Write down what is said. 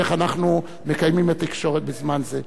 איך אנחנו מקיימים תקשורת בזמן זה.